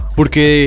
Porque